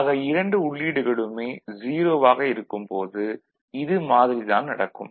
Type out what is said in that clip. ஆக இரண்டு உள்ளீடுகளுமே 0 ஆக இருக்கும் போது இது மாதிரி தான் நடக்கும்